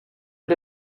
but